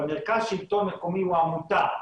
אבל מרכז שלטון מקומי הוא עמותה,